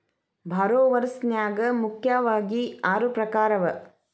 ಭಾರೊವರ್ಸ್ ನ್ಯಾಗ ಮುಖ್ಯಾವಗಿ ಆರು ಪ್ರಕಾರವ